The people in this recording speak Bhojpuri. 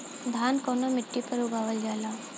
धान कवना मिट्टी पर उगावल जाला?